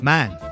Man